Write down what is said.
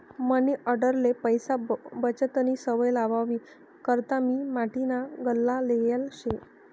मनी आंडेरले पैसा बचतनी सवय लावावी करता मी माटीना गल्ला लेयेल शे